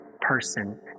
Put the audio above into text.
person